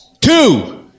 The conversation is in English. two